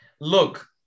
Look